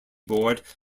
board